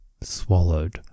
swallowed